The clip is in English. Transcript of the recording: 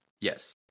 Yes